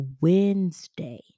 Wednesday